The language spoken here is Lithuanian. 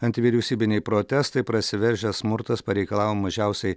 antivyriausybiniai protestai prasiveržęs smurtas pareikalavo mažiausiai